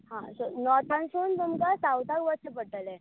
हां सो नॉर्थासून तुमकां सावथाक वचचें पडटलें